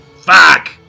fuck